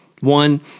One